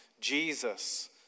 Jesus